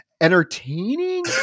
entertaining